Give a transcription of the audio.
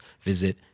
visit